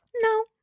no